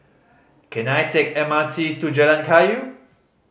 can I take M R T to Jalan Kayu